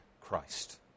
Christ